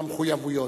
המחויבויות.